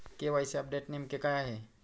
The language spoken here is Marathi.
के.वाय.सी अपडेट नेमके काय आहे?